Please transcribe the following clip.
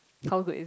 how good is